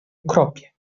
ukropie